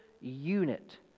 unit